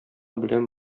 белән